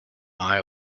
eye